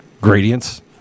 Gradients